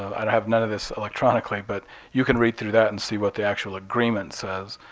i have none of this electronically, but you can read through that and see what the actual agreement says.